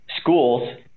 schools